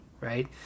Right